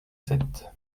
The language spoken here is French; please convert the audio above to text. sept